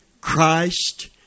Christ